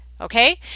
okay